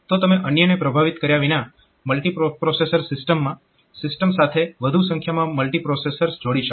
તો તમે અન્યને પ્રભાવિત કર્યા વિના મલ્ટી પ્રોસેસર સિસ્ટમમાં સિસ્ટમ સાથે વધુ સંખ્યામાં મલ્ટીપ્રોસેસર્સ જોડી શકો છો